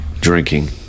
drinking